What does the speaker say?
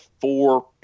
four